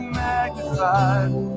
magnified